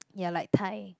ya like Thai